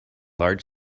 large